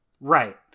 Right